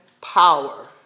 power